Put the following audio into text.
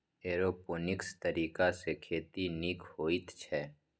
aeroponics तरीकासँ खेती नीक होइत छै